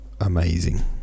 amazing